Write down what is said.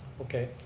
okay,